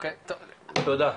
תודה.